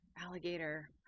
Alligator